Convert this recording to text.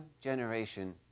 generation